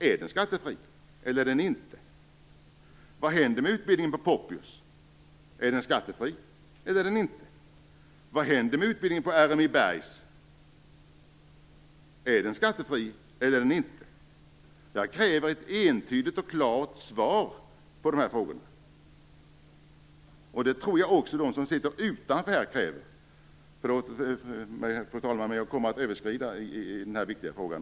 Är den skattefri eller inte? Vad händer med utbildningen på Poppius? Är den skattefri eller inte? Vad händer med utbildningen på RMI-Berghs? Är den skattefri eller inte? Jag kräver ett entydigt och klart svar på dessa frågor. Det tror jag också att de som sitter utanför den här kammaren kräver. Förlåt mig, fru talman, men jag kommer att överskrida min taletid i denna viktiga fråga.